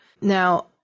Now